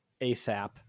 ASAP